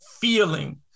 feeling